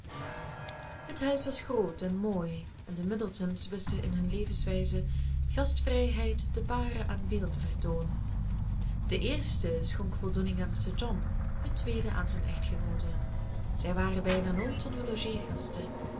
het huis was groot en mooi en de middletons wisten in hun levenswijze gastvrijheid te paren aan weeldevertoon de eerste schonk voldoening aan sir john het tweede aan zijne echtgenoote zij waren bijna nooit zonder